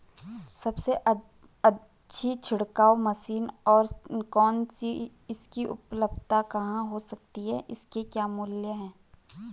सबसे अच्छी छिड़काव मशीन कौन सी है इसकी उपलधता कहाँ हो सकती है इसके क्या मूल्य हैं?